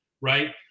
right